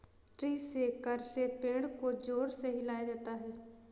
tree shaker से पेड़ को जोर से हिलाया जाता है